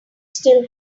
still